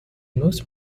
most